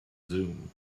zoom